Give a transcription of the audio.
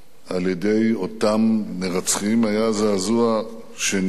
על-ידי אותם מרצחים היה זעזוע שני,